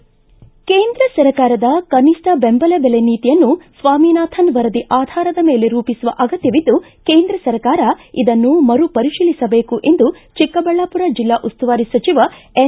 ಕೇಂದ್ರ ಸರ್ಕಾರದ ಕನಿಷ್ಠ ದೆಂಬಲ ದೆಲೆ ನೀತಿಯನ್ನು ಸ್ವಾಮಿನಾಥನ್ ವರದಿ ಆಧಾರದ ಮೇಲೆ ರೂಪಿಸುವ ಅಗತ್ಯವಿದ್ದು ಕೇಂದ್ರ ಸರ್ಕಾರ ಇದನ್ನು ಮರು ಪರಿಶೀಲಿಸಬೇಕು ಎಂದು ಚಿಕ್ಕಬಳ್ಳಾಪುರ ಜಿಲ್ಲಾ ಉಸ್ತುವಾರಿ ಸಚಿವ ಎನ್